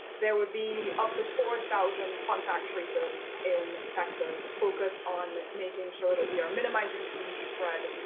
there would be up to four thousand contact free zones in texas focused on making sure that we are minimizing community spread,